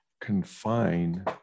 confine